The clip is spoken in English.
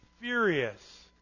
furious